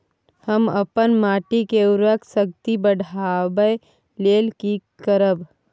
हम अपन माटी के उर्वरक शक्ति बढाबै लेल की करब?